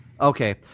Okay